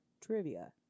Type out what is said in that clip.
trivia